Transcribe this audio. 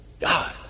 God